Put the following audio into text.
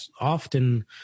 often